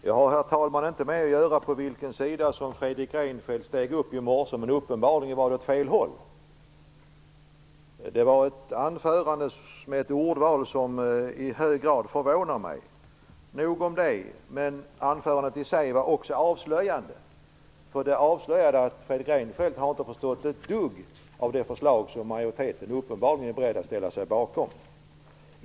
Herr talman! Jag har inte att göra med vilken sida Fredrik Reinfeldt steg upp på i morse, men uppenbarligen var det åt fel håll. Ordvalet i hans anförande förvånade mig i hög grad. Anförandet var också avslöjande - det avslöjade att Fredrik Reinfeldt inte har förstått ett dugg av det förslag som majoriteten uppenbarligen är beredd att ställa sig bakom.